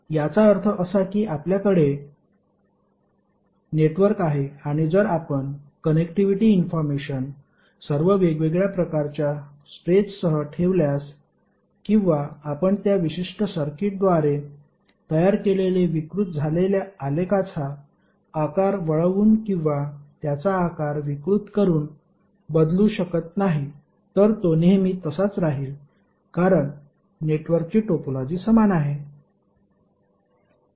याचा अर्थ असा की आपल्याकडे नेटवर्क आहे आणि जर आपण कनेक्टिव्हिटी इन्फॉर्मेशन सर्व वेगवेगळ्या प्रकारच्या स्ट्रेचसह ठेवल्यास किंवा आपण त्या विशिष्ट सर्किटद्वारे तयार केलेले विकृत झालेल्या आलेखाचा आकार वळवून किंवा त्याचा आकार विकृत करून बदलू शकत नाही तर तो नेहमी तसाच राहील कारण नेटवर्कची टोपोलॉजी समान आहे